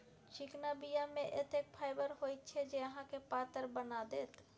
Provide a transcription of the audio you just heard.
चिकना बीया मे एतेक फाइबर होइत छै जे अहाँके पातर बना देत